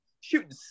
Shooting